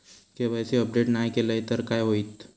KYC update नाय केलय तर काय होईत?